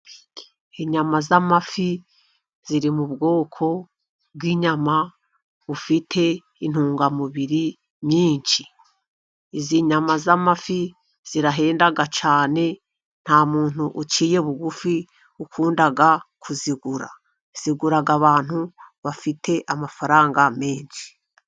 Inyama z'amafi ziri ni ubwoko bw'inyama bufite intungamubiri nyinshi. Izi nyama z'amafi zirahenda cyane, nta muntu uciye bugufi ukunda kuzigura. Zigura abantu bafite amafaranga menshi.